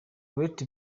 gareth